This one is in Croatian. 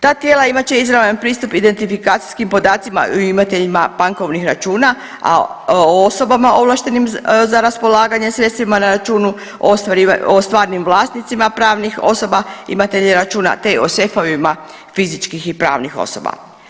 Ta tijela imat će izravan pristup identifikacijskim podacima imateljima bankovnih računa, osobama ovlaštenim za raspolaganje sredstvima na računu, o stvarnim vlasnicima pravnih osoba imatelja računa, te o sefovima fizičkih i pravnih osoba.